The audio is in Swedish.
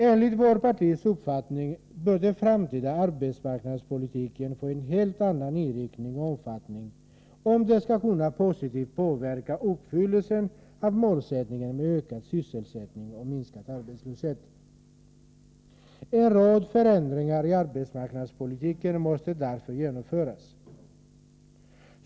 Enligt vårt partis uppfattning bör den framtida arbetsmarknadspolitiken få en helt annan inriktning och omfattning, om den skall kunna positivt påverka uppfyllelsen av målen ökad sysselsättning och minskad arbetslöshet. En rad förändringar i arbetsmarknadspolitiken måste därför genomföras.